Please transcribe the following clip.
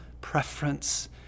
preference